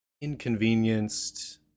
inconvenienced